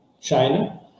China